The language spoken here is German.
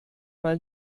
mal